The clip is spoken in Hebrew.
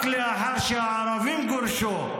רק לאחר שהערבים גורשו,